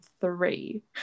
three